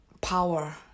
power